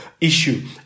issue